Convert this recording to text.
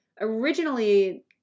originally